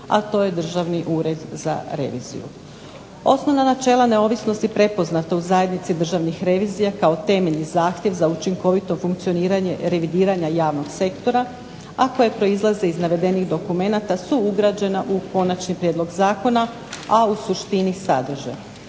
a to je Državni ured za reviziju. Osnovna načela neovisnosti prepoznata u zajednici državnih revizija kao temeljni zahtjev za učinkovito funkcioniranje revidiranja javnog sektora, a koje proizlaze iz navedenih dokumenata su ugrađena u konačni prijedlog zakona, a u suštini sadrže: